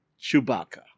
Chewbacca